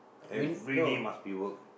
everyday must be work